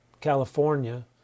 California